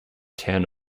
town